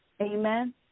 Amen